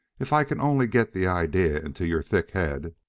if i can only get the idea into your thick head,